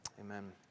Amen